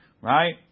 Right